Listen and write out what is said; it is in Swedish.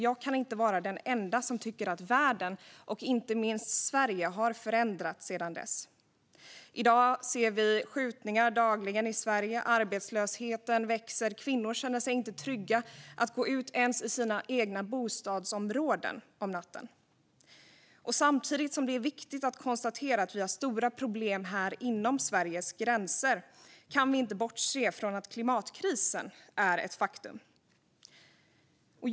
Jag kan inte vara den enda som tycker att världen och inte minst Sverige har förändrats sedan dess. I dag ser vi skjutningar dagligen i Sverige. Arbetslösheten växer. Kvinnor känner sig inte trygga att gå ut om natten ens i sina egna bostadsområden. Samtidigt som det är viktigt att konstatera att vi har stora problem inom Sveriges gränser kan vi inte bortse från att klimatkrisen är ett faktum.